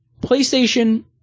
PlayStation